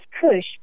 kush